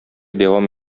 дәвам